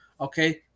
Okay